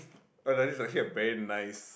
oh like this not sure very nice